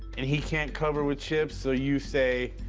and he can't cover with chips, so you say,